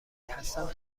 هستم